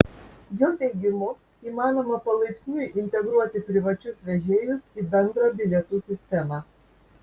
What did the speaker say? jo teigimu įmanoma palaipsniui integruoti privačius vežėjus į bendrą bilietų sistemą